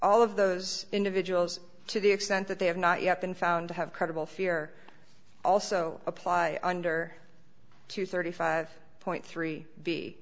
all of those individuals to the extent that they have not yet been found to have credible fear also apply under two hundred and thirty five point three